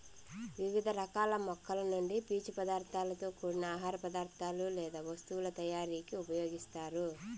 వివిధ రకాల మొక్కల నుండి పీచు పదార్థాలతో కూడిన ఆహార పదార్థాలు లేదా వస్తువుల తయారీకు ఉపయోగిస్తారు